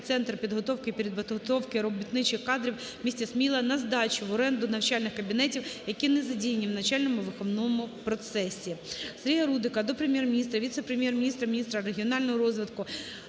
центр підготовки і перепідготовки робітничих кадрів" у місті Сміла на здачу в оренду навчальних кабінетів, які не задіяні в начальному-виховному процесі. Сергія Рудика до Прем'єр-міністра, віце-прем’єр-міністра, міністра регіонального розвитку,